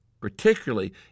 particularly